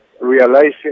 realizing